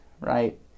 right